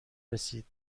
رسید